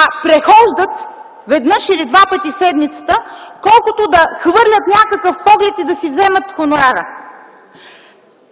а прехождат веднъж или два пъти в седмицата, колкото да хвърлят някакъв поглед и да си вземат хонорара.